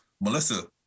Melissa